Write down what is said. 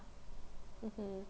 mmhmm